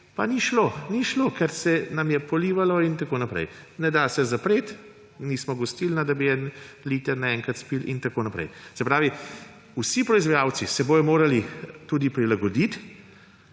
pa ni šlo, ker se nam je polivalo in tako naprej, ne da se zapreti, nismo gostilna, da bi en liter naenkrat spili in tako naprej. Se pravi, vsi proizvajalci se bodo morali tudi prilagoditi